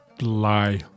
Lie